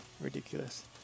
ridiculous